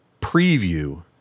preview